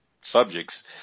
subjects